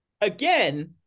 again